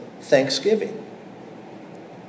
thanksgiving